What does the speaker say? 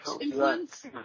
influence